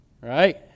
Right